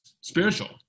spiritual